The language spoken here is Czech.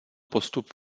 postup